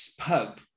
pub